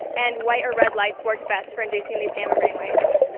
and white or red lights work best for inducing these gamma brainwaves.